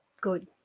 good